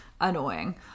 annoying